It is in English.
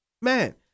Man